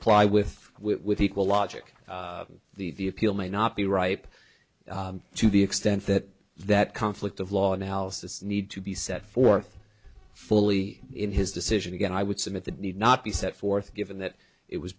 apply with with equal logic the appeal may not be ripe to the extent that that conflict of law analysis need to be set forth fully in his decision again i would submit that need not be set forth given that it was